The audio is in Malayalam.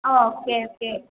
ആ ഓക്കെ ഓക്കെ